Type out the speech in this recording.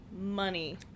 money